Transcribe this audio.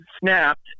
snapped